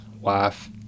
wife